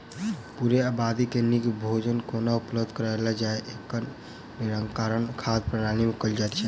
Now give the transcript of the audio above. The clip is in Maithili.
पूरे आबादी के नीक भोजन कोना उपलब्ध कराओल जाय, एकर निराकरण खाद्य प्रणाली मे कयल जाइत छै